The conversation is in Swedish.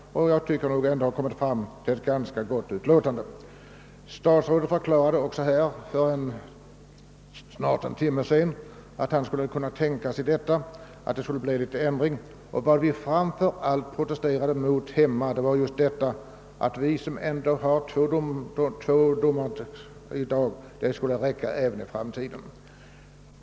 Utskottet har trots allt kommit fram till ett ganska gott utlåtande. Statsrådet förklarade också för snart en timme sedan i denna kammare, att hän kunde tänka sig vissa smärre ändringar. Vad vi framför allt protesterat mot i min hemtrakt var att vi som i dag har två domare i vår domsaga skulle behöva nöja oss med detta antal också i framtiden.